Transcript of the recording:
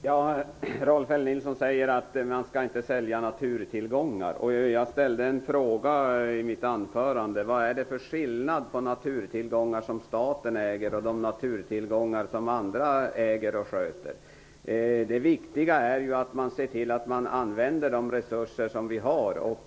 Herr talman! Rolf L Nilson säger att man inte skall sälja ut naturtillgångar. Jag ställde en fråga i mitt anförande: Vad är det för skillnad på naturtillgångar som staten äger och på de naturtillgångar som andra äger och sköter? Det viktiga är ju att man använder de resurser som vi har.